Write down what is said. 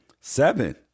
Seven